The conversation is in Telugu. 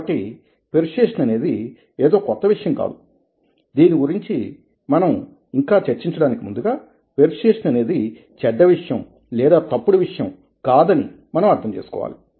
కాబట్టి పెర్సుయేసన్ అనేది ఏదో కొత్త విషయం కాదు దీని గురించి మనం ఇంకా చర్చించడానికి ముందుగా పెర్సుయేసన్ అనేది చెడ్డ విషయము లేదా తప్పుడు విషయము కాదని మనం అర్థం చేసుకోవాలి